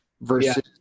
versus